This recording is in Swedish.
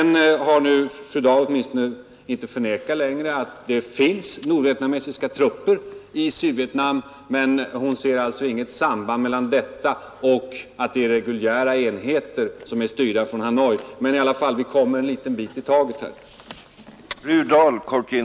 Nu förnekar åtminstone inte fru Dahl längre att det finns nordvietnamesiska trupper i Sydvietnam, men hon ser alltså inget samband mellan detta och att det är reguljära enheter styrda från Hanoi. Men vi kommer i alla fall framåt en bit i taget i debatten.